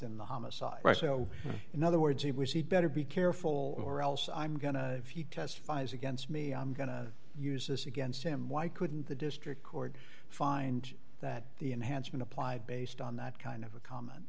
in the homicide so in other words he was he'd better be careful or else i'm going to testifies against me i'm going to use this against him why couldn't the district court find that the enhancement applied based on that kind of a common